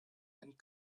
and